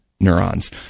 neurons